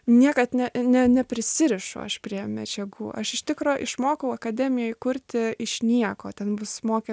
niekad ne ne neprisirišu aš prie medžiagų aš iš tikro išmokau akademijoj kurti iš nieko ten mus mokė